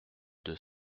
deux